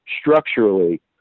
structurally